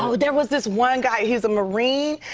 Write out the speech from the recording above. um there was this one guy. he's a marine,